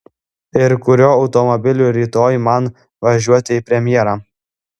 ir kuriuo automobiliu rytoj man važiuoti į premjerą